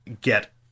get